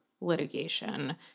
litigation